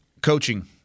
Coaching